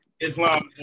Islam